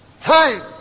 Time